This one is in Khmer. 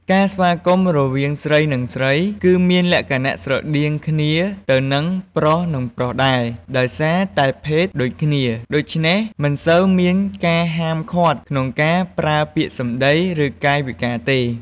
ការស្វាគមន៍រវាងស្រី និងស្រី គឺមានលក្ខណៈស្រដៀងគ្នាទៅនឹងប្រុស និងប្រុសដែរ ដោយសារជាភេទដូចគ្នា ដូច្នេះ មិនសូវមានការហាមឃាត់ក្នុងការប្រើពាក្យសម្ដី ឬ កាយវិការទេ។